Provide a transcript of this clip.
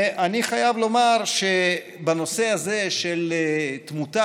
אני חייב לומר שבנושא הזה של תמותה